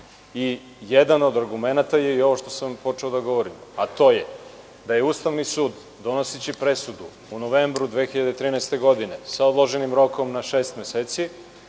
i jedan od argumenata je ovo što sam počeo da govorim, a to je da je Ustavni sud, donoseći presudu u novembru 2013. godine sa odloženim rokom na šest meseci,